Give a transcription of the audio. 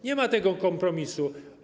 Nie ma tego kompromisu.